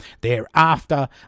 Thereafter